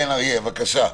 אריה, בבקשה.